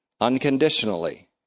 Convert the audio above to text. unconditionally